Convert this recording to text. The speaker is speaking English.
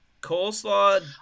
coleslaw